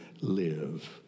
live